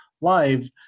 live